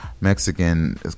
mexican